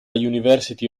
university